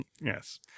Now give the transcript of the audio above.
Yes